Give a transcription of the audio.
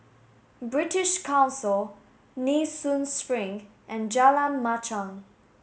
British Council Nee Soon Spring and Jalan Machang